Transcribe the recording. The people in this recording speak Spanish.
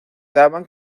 daban